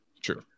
True